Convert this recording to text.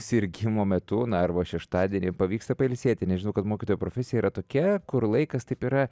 sirgimo metu na arba šeštadienį pavyksta pailsėti nes žinau kad mokytojo profesija yra tokia kur laikas taip yra